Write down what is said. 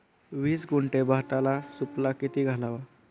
वीस गुंठे भाताला सुफला किती घालावा?